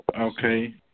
Okay